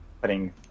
putting